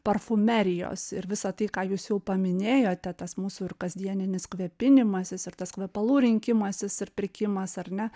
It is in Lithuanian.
parfumerijos ir visa tai ką jūs jau paminėjote tas mūsų ir kasdieninis kvepinimasis ir tas kvepalų rinkimasis ir pirkimas ar ne